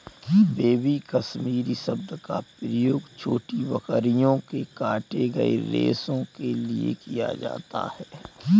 baby Kashmiri शब्द का प्रयोग छोटी बकरियों के काटे गए रेशो के लिए किया जाता है